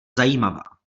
zajímavá